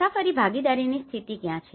મુસાફરી ભાગીદારીની સ્થિતિ ક્યાં છે